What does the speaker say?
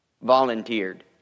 volunteered